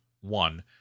one